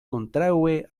kontraŭe